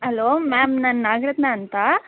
hello ma'am ನಾನು ನಾಗರತ್ನಾ ಅಂತ